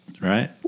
right